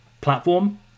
platform